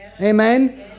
Amen